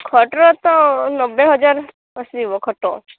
ଖଟର ତ ନବେ ହଜାର ଆସିବ ଖଟ